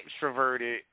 extroverted